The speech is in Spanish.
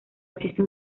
existe